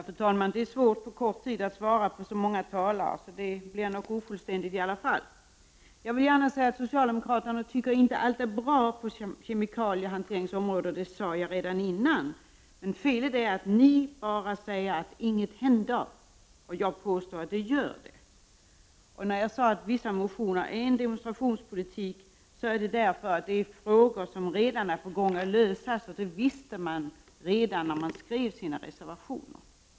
Fru talman! Det är svårt att på kort tid svara så många talare. Det blir nog ofullständigt. Jag vill gärna säga att socialdemokraterna inte tycker att allt är bra på kemikaliehanteringsområdet, och det sade jag redan tidigare. Felet är att ni bara säger att inget händer, medan jag påstår att det gör det. När jag sade att vissa motioner är en demonstrationspolitik, berodde det på att de berör frågor som redan håller på att lösas, och det visste dessa ledamöter redan när de skrev sina reservationer.